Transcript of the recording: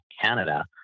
Canada